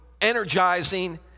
energizing